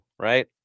right